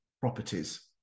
properties